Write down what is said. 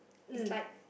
it's like